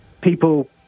People